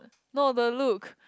no the look